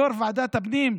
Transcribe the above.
יו"ר ועדת הפנים,